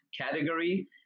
category